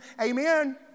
Amen